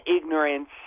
ignorance